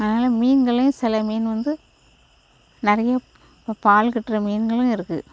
அதனால் மீன்களையும் சில மீன் வந்து நிறைய பால் கட்டுற மீன்களும் இருக்குது